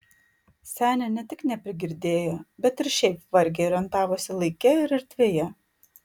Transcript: senė ne tik neprigirdėjo bet ir šiaip vargiai orientavosi laike ir erdvėje